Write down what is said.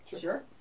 Sure